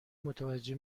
متوجه